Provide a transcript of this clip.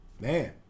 Man